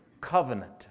covenant